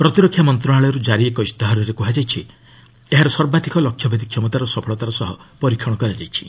ପ୍ରତିରକ୍ଷା ମନ୍ତ୍ରଣାଳୟରୁ ଜାରି ଏକ ଇସ୍ତାହାରରେ କୁହାଯାଇଛି ଏହାର ସର୍ବାଧିକ ଲକ୍ଷ୍ୟଭେଦୀ କ୍ଷମତାର ସଫଳତାର ସହ ପରୀକ୍ଷଣ କରାଯାଇଛି